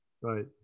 right